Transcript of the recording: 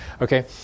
okay